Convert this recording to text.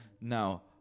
now